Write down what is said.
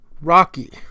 Rocky